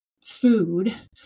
food